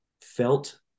felt